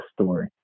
story